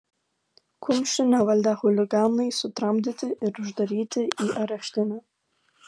kumščių nevaldę chuliganai sutramdyti ir uždaryti į areštinę